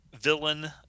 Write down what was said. villain